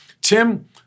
Tim